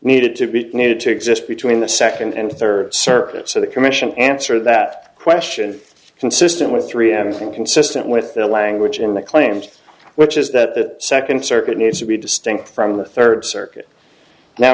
needed to be needed to exist between the second and third circuit so the commission answer that question consistent with three m consistent with the language in the claims which is that the second circuit needs to be distinct from the third circuit now